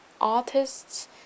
artists